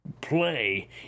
play